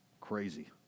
Crazy